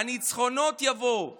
הניצחונות יבואו,